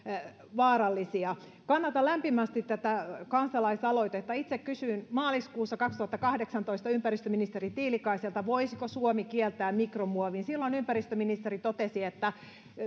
vaarallisia kannatan lämpimästi tätä kansalaisaloitetta itse kysyin maaliskuussa kaksituhattakahdeksantoista ympäristöministeri tiilikaiselta voisiko suomi kieltää mikromuovin silloin ympäristöministeri totesi että